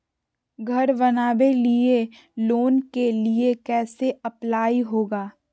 घर बनावे लिय लोन के लिए कैसे अप्लाई होगा?